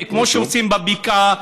כמו שעושים בבקעה,